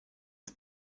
ist